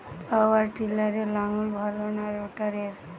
পাওয়ার টিলারে লাঙ্গল ভালো না রোটারের?